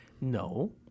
No